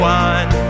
one